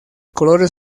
colores